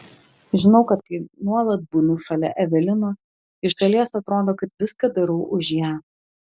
žinau kad kai nuolat būnu šalia evelinos iš šalies atrodo kad viską darau už ją